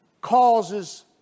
causes